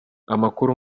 amakuru